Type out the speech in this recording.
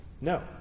No